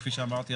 כפי שאמרתי,